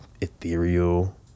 ethereal